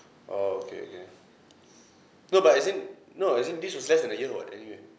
oh okay okay no but as in no as in this was less than a year [what] anyway